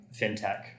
fintech